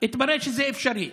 התברר שזה אפשרי.